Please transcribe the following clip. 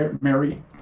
Mary